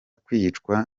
kwicwa